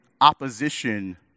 opposition